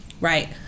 right